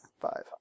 Five